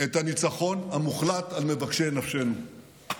את הניצחון המוחלט על מבקשי נפשנו.